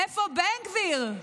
איפה בן גביר,